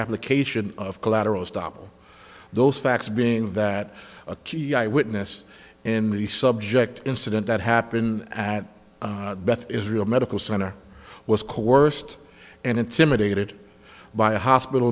application of collateral estoppel those facts being that a key eyewitness in the subject incident that happened at beth israel medical center was coerced and intimidated by a hospital